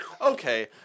okay